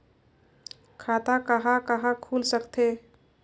खाता कहा कहा खुल सकथे?